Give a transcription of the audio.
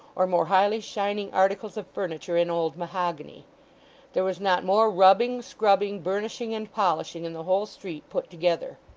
or more highly shining articles of furniture in old mahogany there was not more rubbing, scrubbing, burnishing and polishing, in the whole street put together.